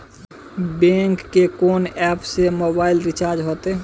Bank के कोन app से मोबाइल रिचार्ज हेते?